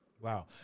Wow